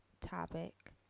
topic